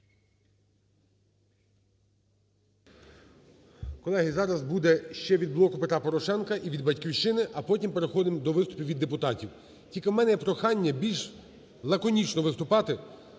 Колеги, зараз буде ще від "Блоку Петра Порошенка" і від "Батьківщини", а потім переходимо до виступів від депутатів. Тільки у мене є прохання більш лаконічно виступати,